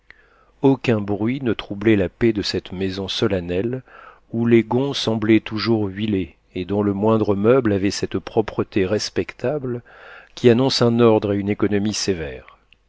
aucun bruit ne troublait la paix de cette maison solennelle où les gonds semblaient toujours huilés et dont le moindre meuble avait cette propreté respectable qui annonce un ordre et une économie sévères